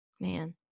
man